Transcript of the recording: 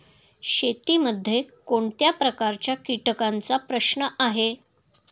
शेतीमध्ये कोणत्या प्रकारच्या कीटकांचा प्रश्न आहे?